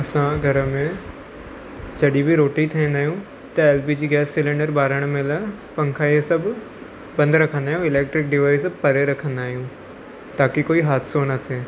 असां घर में जॾहिं बि रोटी ठाहींदा आहियूं त L P G gas cylinder ॿारणु महिल पंखा इहे सभु बंदि रखंदा आहियूं इलैक्ट्रिक डिवाइस परे रखंदा आहियूं ताकी कोई हादसो न थिए